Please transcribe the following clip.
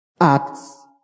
acts